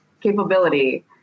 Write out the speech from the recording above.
capability